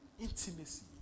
intimacy